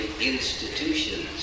institutions